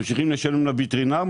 ממשיכים לשלם לווטרינר,